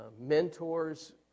Mentors